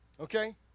okay